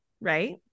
right